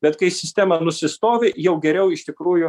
bet kai sistema nusistovi jau geriau iš tikrųjų